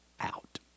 out